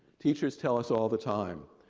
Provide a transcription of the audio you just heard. teachers tell us all the time,